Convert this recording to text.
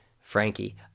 frankie